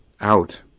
out